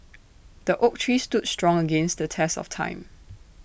the oak tree stood strong against the test of time